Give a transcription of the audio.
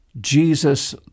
Jesus